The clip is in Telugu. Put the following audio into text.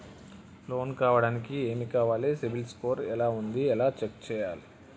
లోన్ కావడానికి ఏమి కావాలి సిబిల్ స్కోర్ ఎలా ఉంది ఎలా చెక్ చేయాలి?